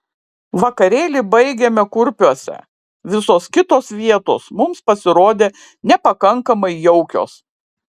vakarėlį baigėme kurpiuose visos kitos vietos mums pasirodė nepakankamai jaukios